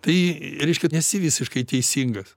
tai reiškia nesi visiškai teisingas